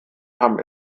haben